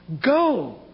go